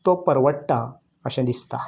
तो परवडटा अशें दिसता